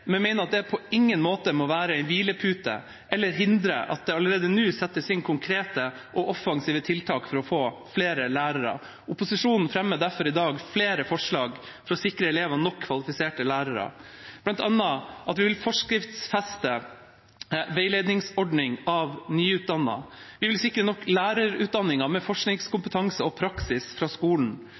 mener at det på ingen måte må være en hvilepute eller hindre at det allerede nå settes inn konkrete og offensive tiltak for å få flere lærere. Opposisjonen – Arbeiderpartiet, Senterpartiet og SV – fremmer i dag derfor flere forslag for å sikre elevene nok kvalifiserte lærere, bl.a. at vi vil forskriftsfeste veiledningsordningen for nyutdannede. Vi vil sikre nok lærerutdannere med forskningskompetanse og praksis fra skolen.